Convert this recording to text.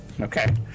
Okay